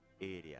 area